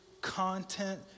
content